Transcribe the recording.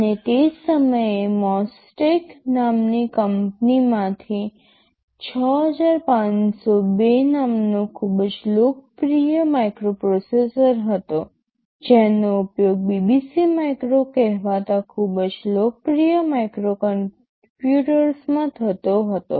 અને તે સમયે Mostek નામની કંપનીમાંથી 6502 નામનો ખૂબ જ લોકપ્રિય માઇક્રોપ્રોસેસર હતો જેનો ઉપયોગ BBC માઇક્રો કહેવાતા ખૂબ જ લોકપ્રિય માઇક્રોકોમ્પ્યુટર્સમાં થતો હતો